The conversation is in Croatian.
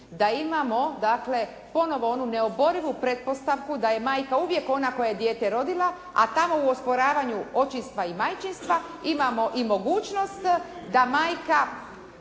da imamo dakle ponovo onu neoborivu pretpostavku da je majka uvijek ona koja je dijete rodila, a tamo u osporavanju očinstva i majčinstva imamo i mogućnost da majka